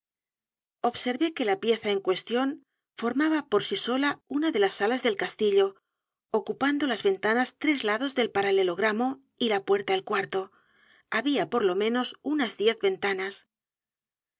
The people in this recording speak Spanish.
observé que la edgar poe novelas y cuentos pieza en cuestión formaba por sí sola u n a de las alas del castillo ocupando las ventanas tres lados del pararelogramo y la puerta el cuarto había por lo menos u n a s diez ventanas